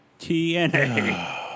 TNA